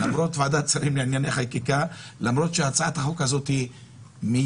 למרות ועדת שרים לענייני חקיקה ולמרות שהצעת החוק הזאת היא מיולי,